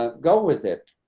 ah go with it.